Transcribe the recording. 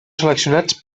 seleccionats